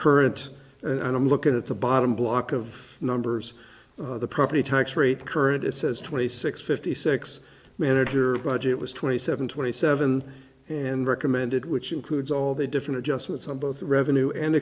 current and i don't look at the bottom block of numbers the property tax rate current it says twenty six fifty six manager budget was twenty seven twenty seven and recommended which includes all the different adjustments on both the revenue and